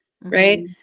right